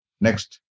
next